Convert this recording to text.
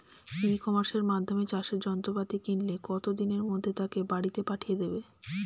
ই কমার্সের মাধ্যমে চাষের যন্ত্রপাতি কিনলে কত দিনের মধ্যে তাকে বাড়ীতে পাঠিয়ে দেবে?